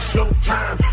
Showtime